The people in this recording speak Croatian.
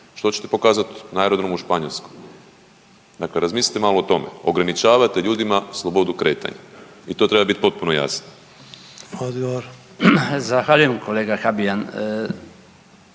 što ćete pokazat na aerodromu u Španjolskoj? Dakle, razmislite malo o tome, ograničavate ljudima slobodu kretanja i to treba bit potpuno jasno. **Sanader, Ante (HDZ)**